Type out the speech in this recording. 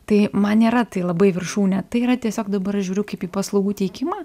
tai man nėra tai labai viršūnė tai yra tiesiog dabar aš žiūriu kaip į paslaugų teikimą